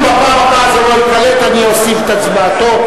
אם בפעם הבאה זה לא ייקלט אני אוסיף את הצבעתו.